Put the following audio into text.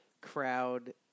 crowd